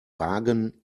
wagen